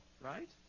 right